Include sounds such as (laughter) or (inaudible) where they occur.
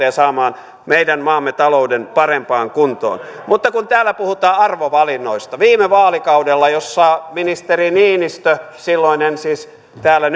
(unintelligible) ja saamaan meidän maamme talouden parempaan kuntoon mutta kun täällä puhutaan arvovalinnoista niin viime vaalikaudella jolloin ministeri niinistö silloinen ministeri siis täällä (unintelligible)